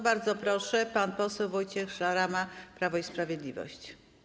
Bardzo proszę, pan poseł Wojciech Szarama, Prawo i Sprawiedliwość.